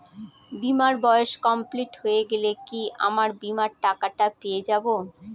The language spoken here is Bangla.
বীমার বয়স কমপ্লিট হয়ে গেলে কি আমার বীমার টাকা টা পেয়ে যাবো?